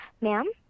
Ma'am